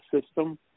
System